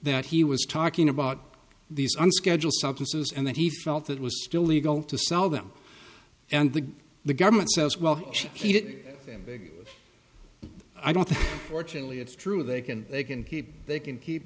that he was talking about these on schedule substances and that he felt it was still legal to sell them and that the government says well he did i don't fortunately it's true they can they can they can keep